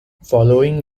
following